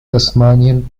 tasmanian